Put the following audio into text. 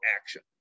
action